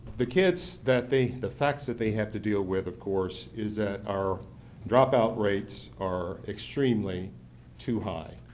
the kids, that they, the facts that they have to deal with of course, is that our dropout rates are extremely too high,